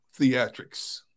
theatrics